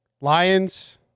Lions